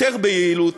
ביעילות